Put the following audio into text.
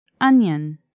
Onion